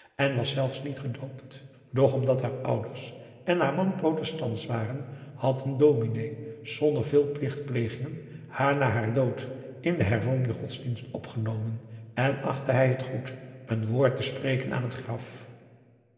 en was zelfs niet gedoopt doch omdat haar ouders en haar man protestantsch waren had een dominé zonder veel plichtplegingen haar na haar dood in den hervormden godsdienst opgenomen en achtte hij het goed een woord te spreken aan het graf